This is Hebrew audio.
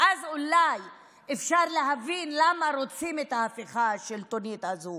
ואז אולי אפשר להבין למה רוצים את ההפיכה השלטונית הזו.